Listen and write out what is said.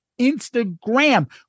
Instagram